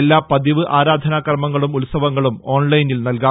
എല്ലാ പതിവ് ആരാധനാ കർമ്മങ്ങളും ഉത്സവങ്ങളും ഓൺലൈനിൽ നൽകാം